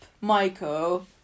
Michael